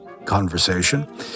Conversation